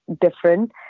different